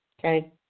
okay